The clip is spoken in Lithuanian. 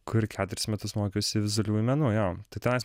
kur keturis metus mokiausi vizualiųjų menų jo tai tenais